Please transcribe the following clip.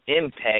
impact